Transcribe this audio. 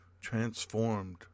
transformed